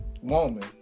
woman